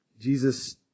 Jesus